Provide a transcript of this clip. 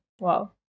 Wow